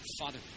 Father